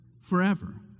forever